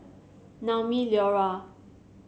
Naumi Liora